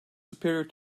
superior